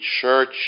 church